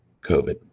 COVID